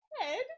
head